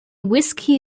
whiskey